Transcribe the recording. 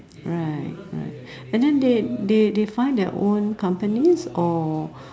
right right and then they they they find their own companies or